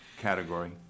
category